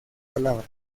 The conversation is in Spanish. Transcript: palabras